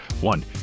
one